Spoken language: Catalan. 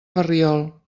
ferriol